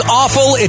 awful